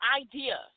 idea